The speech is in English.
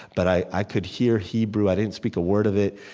but i i could hear hebrew. i didn't speak a word of it.